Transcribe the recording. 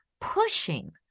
pushing